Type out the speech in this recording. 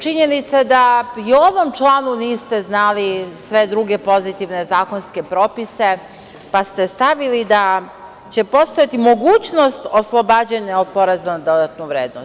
Činjenica je da i u ovom članu niste znali sve druge pozitivne zakonske propise, pa ste stavili da će postojati mogućnost oslobađanja od PDV.